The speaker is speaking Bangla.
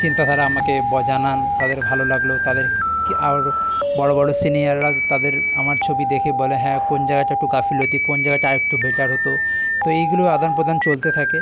চিন্তাধারা আমাকে ব জানান তাদের ভালো লাগলো তাদের কি আরও বড় বড় সিনিয়ররা তাদের আমার ছবি দেখে বলে হ্যাঁ কোন জায়গাটা একটু গাফিলতি কোন জায়গাটা আর একটু বেটার হতো তো এইগুলো আদানপ্রদান চলতে থাকে